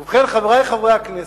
ובכן, חברי חברי הכנסת,